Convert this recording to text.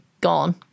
gone